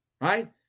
right